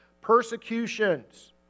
persecutions